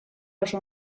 oso